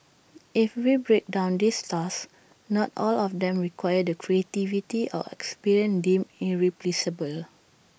if we break down these tasks not all of them require the 'creativity' or 'experience' deemed irreplaceable